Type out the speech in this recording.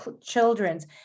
children's